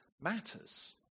matters